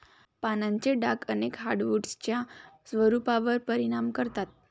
पानांचे डाग अनेक हार्डवुड्सच्या स्वरूपावर परिणाम करतात